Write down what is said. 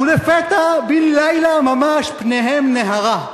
ולפתע, בן-לילה ממש פניהם נהרה,